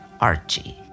Archie